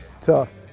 Tough